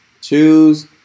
Choose